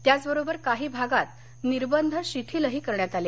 त्याच बरोबर काही भागात निर्बंध शिथिलही करण्यात आले